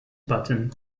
button